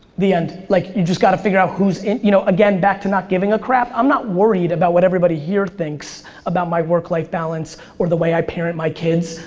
the end. like, you just gotta figure out who's in. you know, again, back to not giving a crap. i'm not worried about what everybody here thinks about my work-life balance or the way i parent my kids.